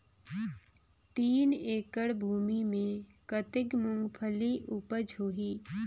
तीन एकड़ भूमि मे कतेक मुंगफली उपज होही?